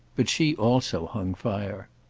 but she also hung fire.